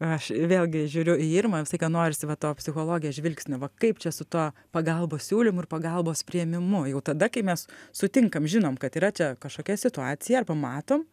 aš vėlgi žiūriu į irmą visą laiką norisi va to psichologės žvilgsnio va kaip čia su tuo pagalbos siūlymu ir pagalbos priėmimu jau tada kai mes sutinkam žinom kad yra čia kažkokia situacija arba matom